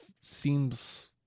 seems